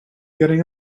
getting